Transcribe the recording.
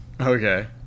Okay